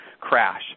crash